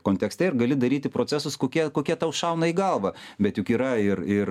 kontekste ir gali daryti procesus kokie kokie tau šauna į galvą bet juk yra ir ir